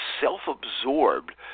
self-absorbed